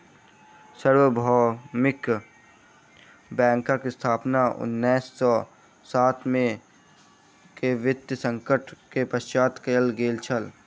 सार्वभौमिक बैंकक स्थापना उन्नीस सौ सात के वित्तीय संकट के पश्चात कयल गेल छल